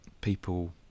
people